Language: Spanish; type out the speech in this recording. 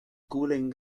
cubren